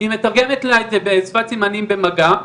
היא מתרגמת לה את זה בשפת סימנים במגע.